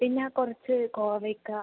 പിന്നെ കുറച്ച് കോവയ്ക്ക